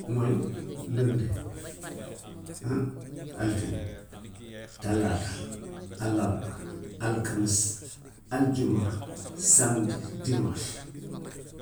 Mooy lundi altine, talaata, àllarba, alkames, aljuma, samedi, dimanche.